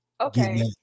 okay